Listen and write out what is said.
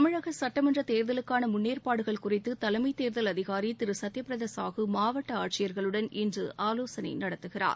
தமிழக சுட்டமன்ற தேர்தலுக்கான முன்னேற்பாடுகள் குறித்து தலைமைத் தேர்தல் அதிகாரி திரு சத்யபிரதா சாஹு மாவட்ட ஆட்சியர்களுடன் இன்று ஆவோசனை நடத்துகிறார்